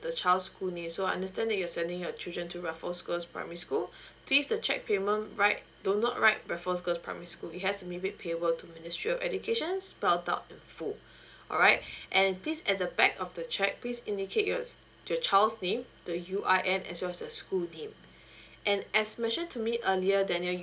the child's full name so I understand that you're sending your children to raffles girls primary school please the check payment write don't not write raffles girls primary school it has to be made payable to ministry of educations spelled out in full alright and this at the back of the check please indicate your s~ your child's name the U_I_N as well as the school name and as mentioned to me earlier daniel